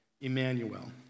Emmanuel